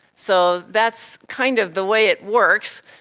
so that's kind of the way it works,